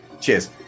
Cheers